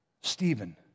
Stephen